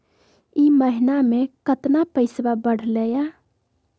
ई महीना मे कतना पैसवा बढ़लेया?